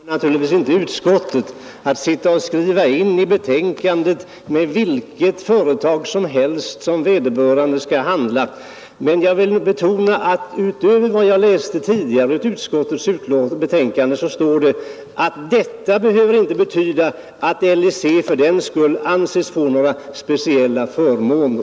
Herr talman! Det tillkommer naturligtvis inte utskottet att skriva in i betänkandet med vilka företag utrustningsnämnden skall handla. Men jag vill betona att utöver vad jag tidigare citerade ur utskottets betänkande uttalar utskottet att det bör vara möjligt att åstadkomma ett sådant samarbete utan att LIC fördenskull skall anses få några speciella förmåner.